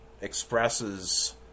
expresses